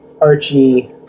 Archie